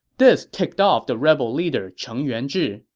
this ticked off the rebel leader, cheng yuanzhi.